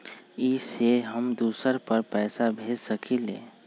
इ सेऐ हम दुसर पर पैसा भेज सकील?